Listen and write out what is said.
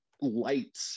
light